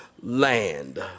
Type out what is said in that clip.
land